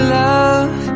love